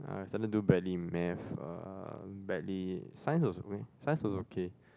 I started to do badly in Math uh badly science was good science was okay